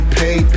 pay